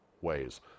ways